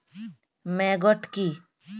Maggot কি?